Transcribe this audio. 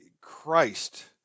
Christ